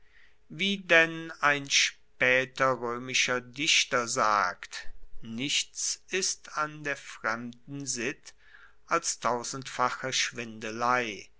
wie denn ein spaeter roemischer dichter sagt nichts ist an der fremden sitt als tausendfache schwindelei